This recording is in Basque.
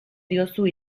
diozu